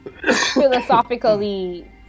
Philosophically